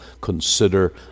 consider